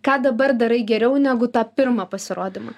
ką dabar darai geriau negu tą pirmą pasirodymą